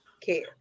care